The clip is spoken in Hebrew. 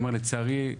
לצערי,